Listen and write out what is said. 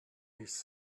his